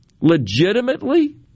legitimately